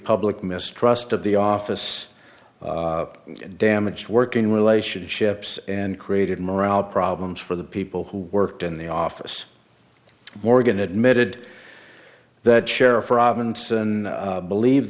public mistrust of the office damaged working relationships and created morale problems for the people who worked in the office morgan admitted that sheriff robinson believe